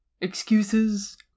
Excuses